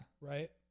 Right